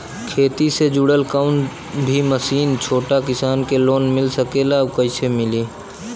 खेती से जुड़ल कौन भी मशीन छोटा किसान के लोन मिल सकेला और कइसे मिली?